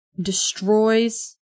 destroys